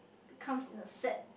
comes in a set